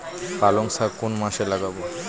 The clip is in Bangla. পালংশাক কোন মাসে লাগাব?